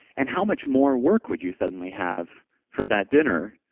and how much more work would you suddenly have for that dinner?